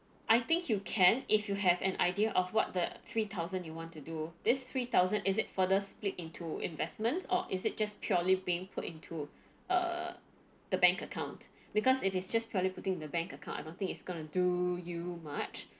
I think you can if you have an idea of what the three thousand you want to do this three thousand is it further split into investments or is it just purely being put into err the bank account because if it's just purely putting in the bank account I don't think it's gonna do you much